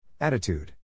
Attitude